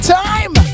time